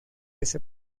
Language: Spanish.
ese